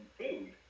food